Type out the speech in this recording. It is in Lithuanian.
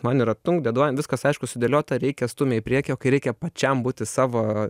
man yra tung dedlain viskas aišku sudėliota reikia stumia į priekį o kai reikia pačiam būti savo